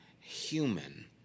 human